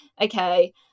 okay